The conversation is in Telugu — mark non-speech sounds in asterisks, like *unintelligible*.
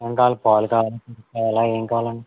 ఏమి కావాలి పాలు కావాలా *unintelligible* ఏమి కావాలి అండి